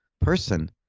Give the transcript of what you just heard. person